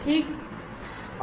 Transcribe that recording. ठीक है